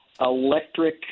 electric